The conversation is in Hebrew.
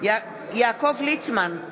יעקב ליצמן,